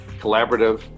collaborative